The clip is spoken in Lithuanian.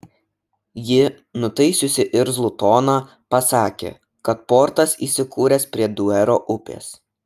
ji nutaisiusi irzlų toną pasakė kad portas įsikūręs prie duero upės